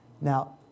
Now